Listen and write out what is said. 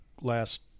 last